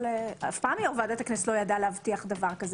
אף פעם יו"ר ועדת הכנסת לא ידע להבטיח דבר כזה.